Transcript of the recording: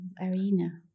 arena